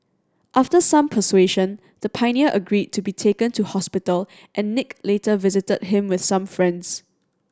after some persuasion the pioneer agreed to be taken to hospital and Nick later visited him with some friends